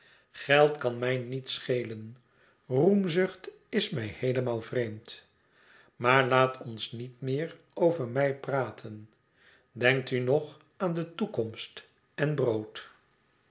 geld kan mij niet schelen roemzucht is mij heelemaal vreemd maar laat ons niet meer over mij praten denkt u nog aan de toekomst en brood